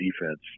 defense